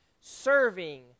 serving